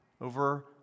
over